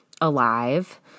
alive